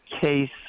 case